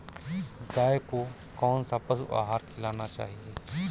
गाय को कौन सा पशु आहार खिलाना चाहिए?